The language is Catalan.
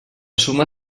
suma